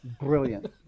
Brilliant